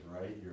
right